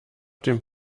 dem